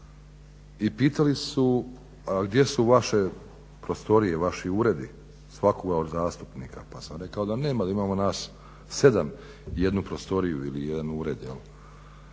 I pitali su a gdje su vaše prostorije, vaši uredi svakoga od zastupnika. Pa sam rekao da nemamo, da imamo nas 7 jednu prostoriju ili jedan ured.